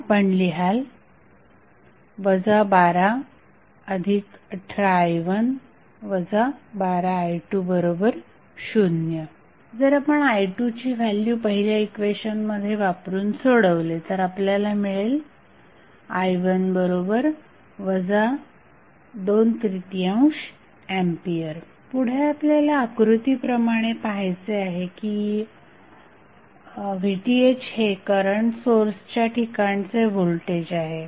आपण लिहाल 1218i1 12i20 जर आपण i2ची व्हॅल्यू पहिल्या इक्वेशनमध्ये वापरुन सोडवले तर आपल्याला मिळेल i1 23 A पुढे आपल्याला आकृतीप्रमाणे पाहायचे आहे कीVTh हे करंट सोर्सच्या ठिकाणचे व्होल्टेज आहे